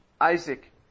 Isaac